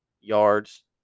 yards